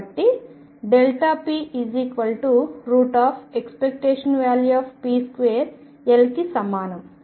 కాబట్టి p ⟨p2⟩ Lకి సమానము